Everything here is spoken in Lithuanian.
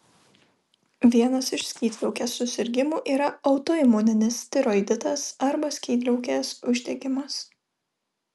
vienas iš skydliaukės susirgimų yra autoimuninis tiroiditas arba skydliaukės uždegimas